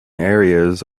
areas